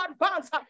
advance